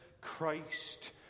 Christ